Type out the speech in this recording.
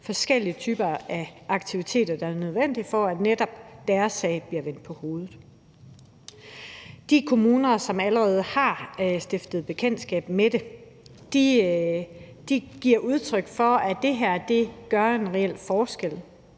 forskellige typer aktiviteter for borgerne, der er nødvendige, for at rollefordelingen i netop deres sag bliver vendt på hovedet. De kommuner, som allerede har stiftet bekendtskab med det, giver udtryk for, at det her gør en reel forskel.